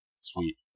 Sweet